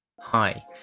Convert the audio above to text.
Hi